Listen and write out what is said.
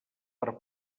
per